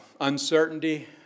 uncertainty